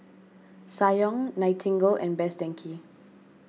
Ssangyong Nightingale and Best Denki